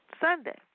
Sunday